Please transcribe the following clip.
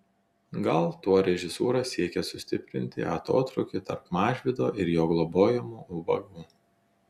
gal tuo režisūra siekė sustiprinti atotrūkį tarp mažvydo ir jo globojamų ubagų